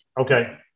Okay